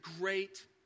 great